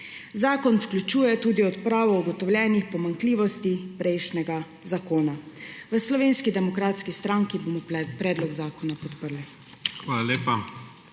Zakon vključuje tudi odpravo ugotovljenih pomanjkljivosti prejšnjega zakona. V Slovenski demokratski stranki bomo predlog zakona podprli.